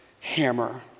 hammer